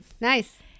Nice